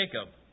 Jacob